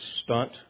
stunt